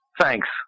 Thanks